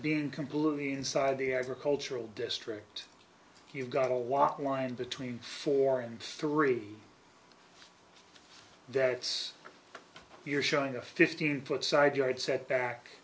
being completely inside the agricultural district you got a lot wind between four and three deaths you're showing a fifteen foot side yard setback